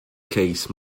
case